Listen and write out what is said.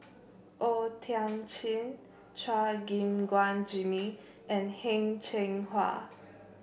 O Thiam Chin Chua Gim Guan Jimmy and Heng Cheng Hwa